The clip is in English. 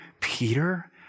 Peter